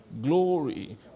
glory